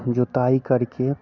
जुताई करके